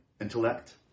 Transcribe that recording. intellect